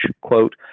quote